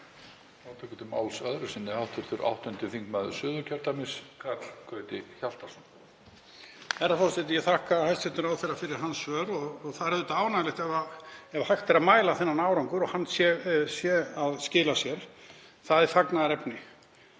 Það er auðvitað ánægjulegt ef hægt er að mæla þennan árangur, að hann sé að skila sér. Það er fagnaðarefni.